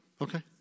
Okay